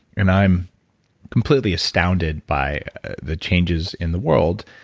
and i'm completely astounded by the changes in the world.